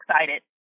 excited